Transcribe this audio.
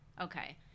Okay